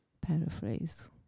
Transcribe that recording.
paraphrase